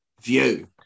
view